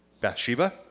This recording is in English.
Bathsheba